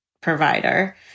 provider